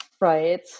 right